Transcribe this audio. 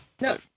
No